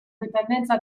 dipendenza